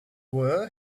were